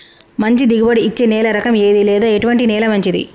మంచి దిగుబడి ఇచ్చే నేల రకం ఏది లేదా ఎటువంటి నేల మంచిది?